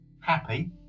happy